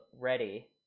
ready